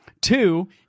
Two